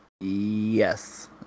yes